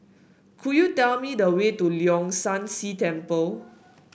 could you tell me the way to Leong San See Temple